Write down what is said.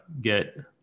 get